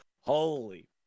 holy